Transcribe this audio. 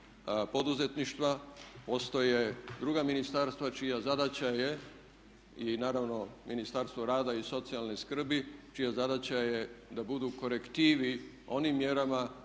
poduzetništva, postoje druga ministarstva i naravno Ministarstvo rada i socijalne skrbi čija zadaća je da budu korektiv i onim mjerama